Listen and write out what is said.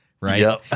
right